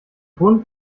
bund